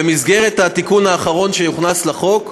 במסגרת התיקון האחרון שהוכנס לחוק,